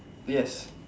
yes